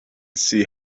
see